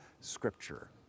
Scripture